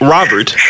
Robert